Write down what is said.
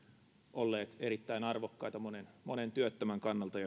olleet erittäin arvokkaita monen monen työttömän kannalta